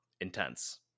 intense